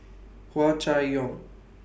Hua Chai Yong